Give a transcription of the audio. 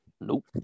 Nope